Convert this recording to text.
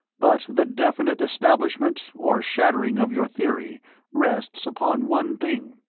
but the definite establishment or shattering of your theory rests upon one thing.